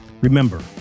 Remember